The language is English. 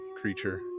creature